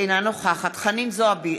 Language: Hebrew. אינה נוכחת חנין זועבי,